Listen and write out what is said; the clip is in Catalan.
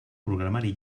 programari